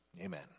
amen